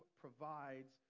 provides